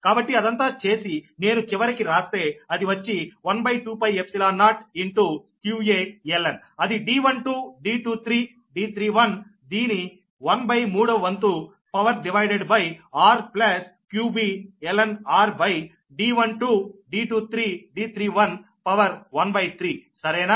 కాబట్టి అదంతా చేసి నేను చివరికి రాస్తే అది వచ్చి 12π0 qaln అది D12 D23 D31 దీని 1 బై 3 వంతు power divided by r plus qb ln r ⅓ సరేనా